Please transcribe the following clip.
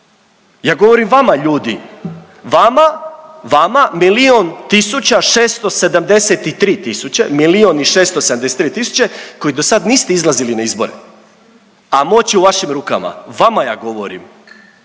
milion tisuća 673 tisuće, milion i 673 tisuće koji dosad niste izlazili na izbore, a moć je u vašim rukama. Vama ja govorim,